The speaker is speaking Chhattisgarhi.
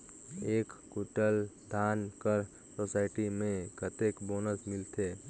एक कुंटल धान कर सोसायटी मे कतेक बोनस मिलथे?